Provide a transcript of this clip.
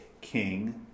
king